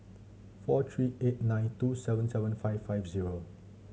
four three eight nine two seven seven five five zero